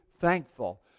thankful